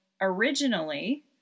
originally